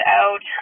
out